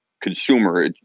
consumer